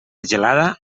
gelada